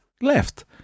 left